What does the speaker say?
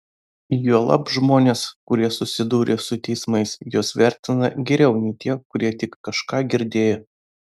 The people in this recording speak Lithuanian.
juolab žmonės kurie susidūrė su teismais juos vertina geriau nei tie kurie tik kažką girdėjo